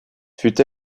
fut